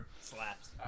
Slaps